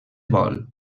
vol